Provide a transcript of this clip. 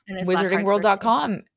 Wizardingworld.com